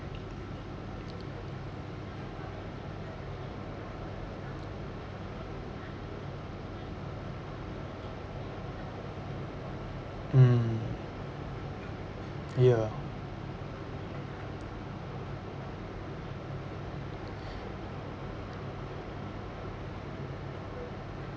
mm ya